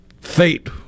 fate